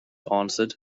answered